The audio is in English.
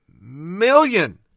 million